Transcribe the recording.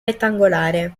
rettangolare